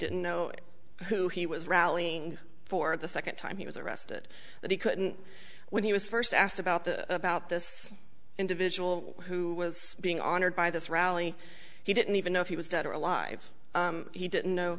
didn't know who he was rallying for the second time he was arrested that he couldn't when he was first asked about the about this individual who was being honored by this rally he didn't even know if he was dead or alive he didn't know